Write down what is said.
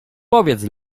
powiedz